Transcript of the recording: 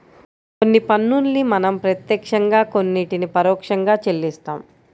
కొన్ని పన్నుల్ని మనం ప్రత్యక్షంగా కొన్నిటిని పరోక్షంగా చెల్లిస్తాం